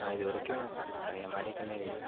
நான் இது வரைக்கும் நிறையா மேடைகளில் ஏ